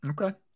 Okay